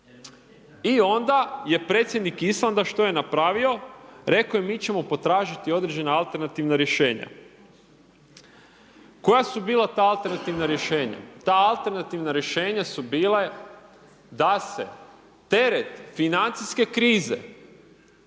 I onda je predsjednik Islanda, što je napravio?, rekao je mi ćemo potražiti određena alternativna rješenja. Koja su bila ta alternativna rješenja? Ta alternativna rješenja su bile, da se teret financijske krize,